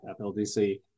FLDC